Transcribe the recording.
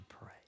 pray